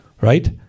Right